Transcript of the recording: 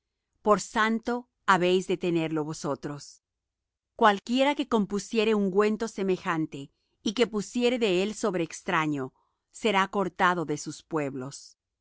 por santo habéis de tenerlo vosotros cualquiera que compusiere ungüento semejante y que pusiere de él sobre extraño será cortado de sus pueblos